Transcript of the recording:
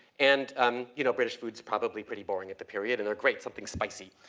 and um you know, british food's probably pretty boring at the period. and they're, great something's spicy!